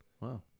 Wow